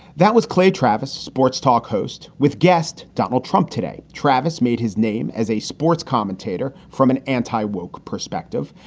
that was clay travis, sports talk host with guest donald trump today. travis made his name as a sports commentator. from an anti woak perspective,